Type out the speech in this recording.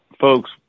folks